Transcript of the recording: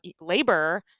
labor